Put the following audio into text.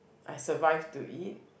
I survive to eat